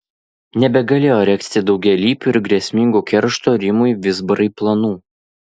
nebegalėjo regzti daugialypių ir grėsmingų keršto rimui vizbarai planų